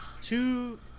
two